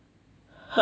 !huh!